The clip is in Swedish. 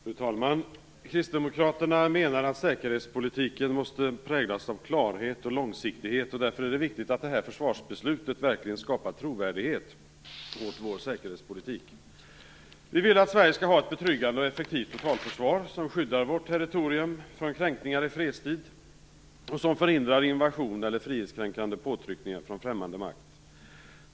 Fru talman! Kristdemokraterna anser att säkerhetspolitiken måste präglas av klarhet och långsiktighet, och därför är det viktigt att Försvarsbeslut 96 skapar trovärdighet åt vår säkerhetspolitik. Vi vill att Sverige skall upprätthålla ett betryggande och effektivt totalförsvar som skyddar vårt territorium från kränkningar i fredstid och som förhindrar invasion eller frihetskränkande påtryckningar från främmande makt.